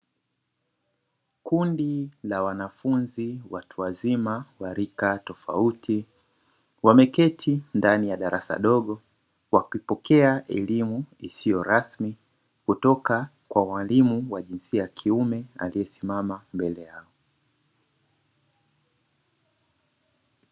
Kundi la wanafunzi watu wazima wa rika tofauti, wameketi ndani ya darasa dogo wakipokea elimu isiyo rasmi, kutoka kwa mwalimu wa jinsia ya kiume aliye simama mbele yao.